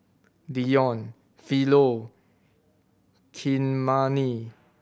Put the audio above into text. Deon Philo Kymani